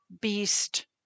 beast